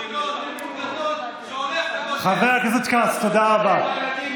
אין שום אמון, איזה אמון, חבר הכנסת כץ, תודה רבה.